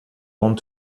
want